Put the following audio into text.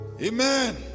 Amen